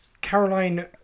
Caroline